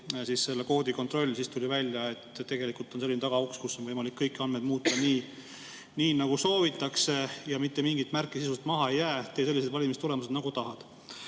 lasti selle koodi kontroll, tuli välja, et tegelikult on tagauks, mille kaudu on võimalik kõiki andmeid muuta nii, nagu soovitakse. Mitte mingit märki sisuliselt maha ei jää, tee sellised valimistulemused, nagu tahad.